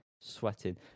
sweating